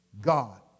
god